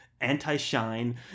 anti-shine